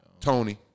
Tony